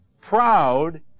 proud